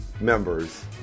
members